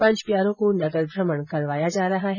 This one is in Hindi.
पंच प्यारो को नगर भ्रमण करावाया जा रहा है